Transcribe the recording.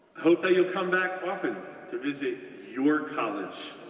hope that you'll come back often to visit your college.